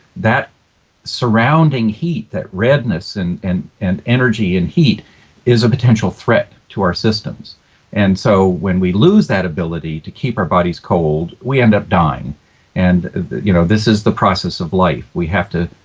that surrounding heat, that redness and and energy and heat is a potential threat to our systems and so when we lose that ability to keep our bodies cold, we end up dying and you know this is the process of life. we have to.